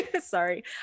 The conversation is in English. sorry